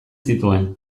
zituen